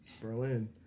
Berlin